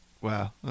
wow